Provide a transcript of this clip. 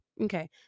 Okay